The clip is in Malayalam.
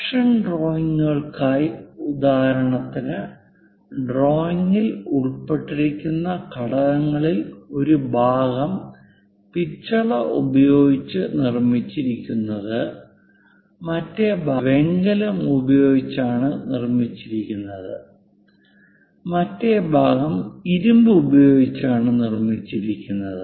പ്രൊഡക്ഷൻ ഡ്രോയിംഗുകൾക്കായി ഉദാഹരണത്തിന് ഡ്രോയിംഗിൽ ഉൾപ്പെട്ടിരിക്കുന്ന ഘടകങ്ങളിൽ ഒരു ഭാഗം പിച്ചള ഉപയോഗിച്ചാണ് നിർമ്മിച്ചിരിക്കുന്നത് മറ്റേ ഭാഗം വെങ്കലം ഉപയോഗിച്ചാണ് നിർമ്മിച്ചിരിക്കുന്നത് മറ്റേ ഭാഗം ഇരുമ്പ് ഉപയോഗിച്ചാണ് നിർമ്മിച്ചിരിക്കുന്നത്